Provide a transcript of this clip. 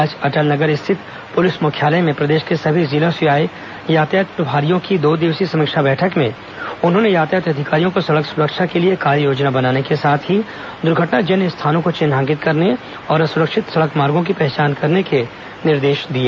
आज अटल नगर स्थित पुलिस मुख्यालय में प्रदेश के सभी जिलों से आये यातायात प्रभारियों की दो दिवसीय समीक्षा बैठक में उन्होंने यातायात अधिकारियों को सड़क सुरक्षा के लिए कार्ययोजना बनाने के साथ ही दुर्घटनाजन्य स्थानों को चिन्हाकित करने और असुरक्षित सड़क मार्गो की पहचान करने के निर्देश दिए